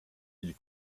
ils